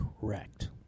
Correct